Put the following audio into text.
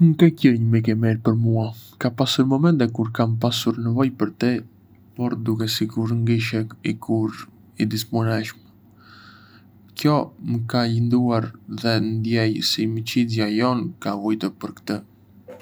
ngë ke qenë një mik i mirë për mua... ka pasur momente kur kam pasur nevojë për ty, por dukej sikur ngë ishe kurrë i disponueshëm. Kjo më ka lënduar, dhe ndiej se miçësia jonë ka vuajtur për këtë.